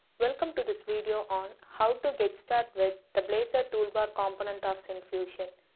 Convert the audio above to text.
welcome to this video on how to get started with the blazor toolbar component of syncfusion.